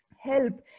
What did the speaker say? help